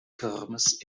kirmes